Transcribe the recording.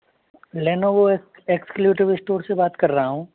Lenovo exclusive से बात कर रहा हूँ